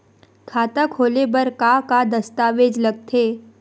खाता खोले बर का का दस्तावेज लगथे?